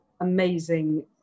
amazing